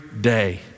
day